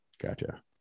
Gotcha